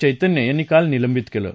चैतन्य यांनी काल निलंबित कलि